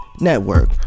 Network